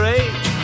age